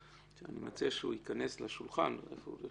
רגע, אני מציע שהוא יכנס לשולחן, איפה הוא יושב?